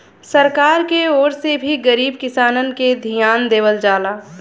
सरकार के ओर से भी गरीब किसानन के धियान देवल जाला